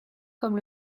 comme